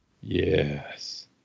yes